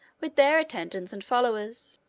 with their attendants and followers.